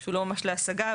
שהוא לא ממש להשגה,